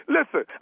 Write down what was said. Listen